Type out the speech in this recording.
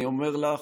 אני אומר לך,